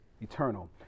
eternal